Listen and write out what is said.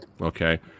Okay